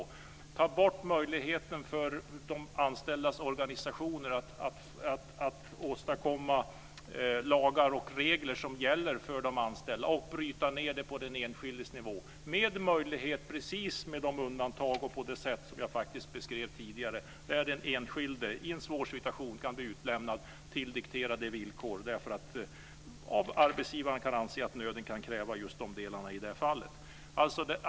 Ni vill ta bort möjligheten för de anställdas organisationer att åstadkomma lagar och regler som gäller för de anställda och bryta ned dem på den enskildes nivå, med precis de undantag och på det sätt som jag beskrev tidigare, så att den enskilde i en svår situation kan bli utlämnad till dikterade villkor därför att arbetsgivaren kan anse att nöden kan kräva just de delarna i det fallet.